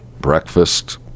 breakfast